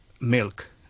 milk